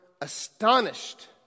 astonished